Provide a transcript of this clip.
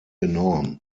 enorm